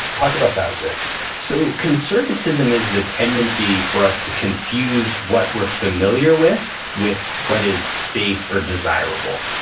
talk about that a bit so conservatism is the tendency for us to confuse what we're familiar with with what is safe or desirable.